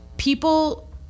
People